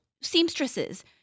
seamstresses